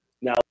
Now